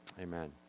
Amen